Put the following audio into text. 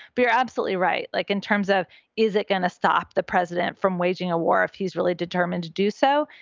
but you're absolutely right. like in terms of is it gonna stop the president from waging a war if he's really determined to do so?